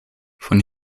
von